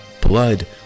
blood